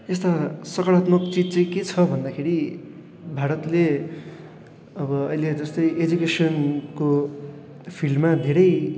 यस्ता सकारात्मक चिज चाहिँ के छ भन्दाखेरि भारतले अब अहिले जस्तै एजुकेसनको फिल्डमा धेरै